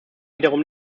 wiederum